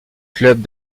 club